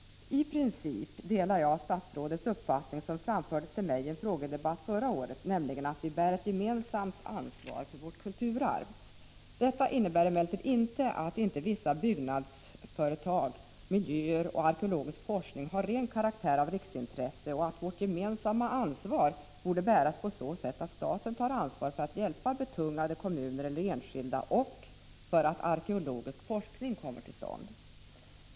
I princip delar jag statsrådets uppfattning, som framfördes till mig i en frågedebatt förra året, nämligen att vi bär ett gemensamt ansvar för vårt kulturarv. Detta innebär emellertid inte att inte vissa byggnadsföretag, vissa miljöer och viss arkeologisk forskning har ren karaktär av riksintresse och att vårt gemensamma ansvar borde bäras på så sätt att staten tar ansvar för att hjälpa betungade kommuner eller enskilda så att arkeologisk forskning kommer till stånd.